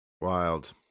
Wild